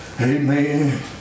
amen